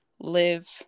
live